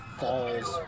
falls